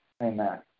Amen